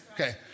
Okay